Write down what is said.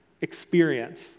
experience